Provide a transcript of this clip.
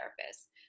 therapist